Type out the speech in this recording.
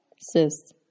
sis